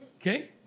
Okay